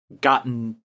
Gotten